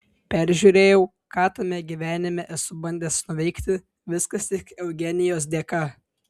peržiūrėjau ką tame gyvenime esu bandęs nuveikti viskas tik eugenijos dėka